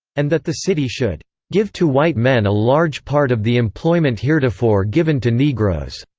and that the city should give to white men a large part of the employment heretofore given to negroes